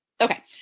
Okay